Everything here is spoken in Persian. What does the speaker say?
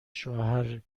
شوهر